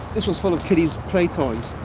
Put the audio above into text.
this was full of kiddies' play toys.